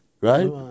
Right